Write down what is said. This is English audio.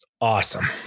Awesome